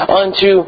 unto